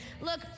look